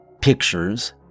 pictures